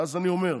ואז אני אומר: